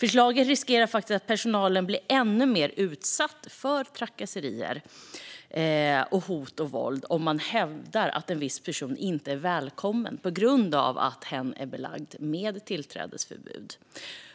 Förslaget riskerar att göra att personalen blir ännu mer utsatt för trakasserier, hot och våld om man hävdar att en viss person inte är välkommen på grund av att hen är belagd med tillträdesförbud.